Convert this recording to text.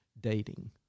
dating